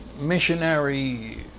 missionary